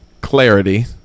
clarity